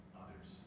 others